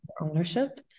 ownership